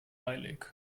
eilig